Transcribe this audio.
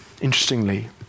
interestingly